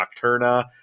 Nocturna